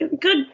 good